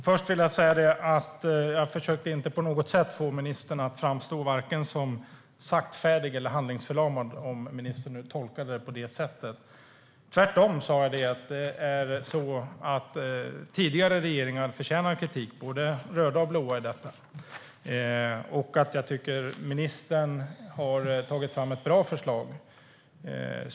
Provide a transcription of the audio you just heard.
Fru talman! Jag försökte inte på något sätt att få ministern att framstå som saktfärdig eller handlingsförlamad, om ministern nu tolkar det på det sättet. Tvärtom har jag sagt att tidigare regeringar, både röda och blå, förtjänar kritik. Jag tycker att ministern har tagit fram ett bra förslag.